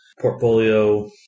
portfolio